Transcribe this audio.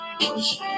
push